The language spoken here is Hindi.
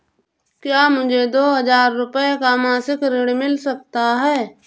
क्या मुझे दो हजार रूपए का मासिक ऋण मिल सकता है?